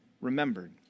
remembered